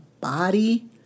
body